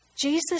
Jesus